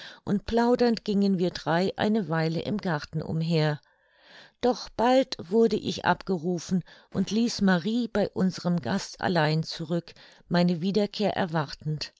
und plaudernd gingen wir drei eine weile im garten umher doch bald wurde ich abgerufen und ließ marie bei unserem gast allein zurück meine wiederkehr erwartend